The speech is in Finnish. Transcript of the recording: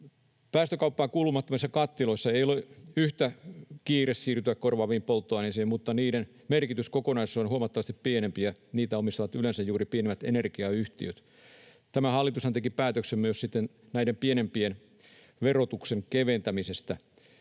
Päästökauppaan kuulumattomissa kattiloissa ei ole yhtä kiire siirtyä korvaaviin polttoaineisiin, mutta niiden merkitys kokonaisuudessa on huomattavasti pienempi ja niitä omistavat yleensä juuri pienemmät energiayhtiöt. Tämä hallitushan teki päätöksen myös sitten näiden pienempien verotuksen keventämisestä,